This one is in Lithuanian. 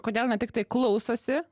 kodėl ne tiktai klausosi